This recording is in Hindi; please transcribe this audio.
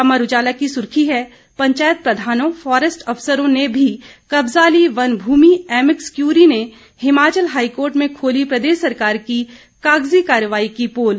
अमर उजाला की सुर्खी है पंचायत प्रधानों फॉरेस्ट अफसरों ने भी कब्जा ली वन भूमि एमिकस क्यूरी ने हिमाचल हाईकोर्ट में खोली प्रदेश सरकार की कागजी कार्रवाई की पोल